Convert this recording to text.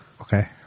Okay